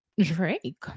Drake